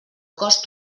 cost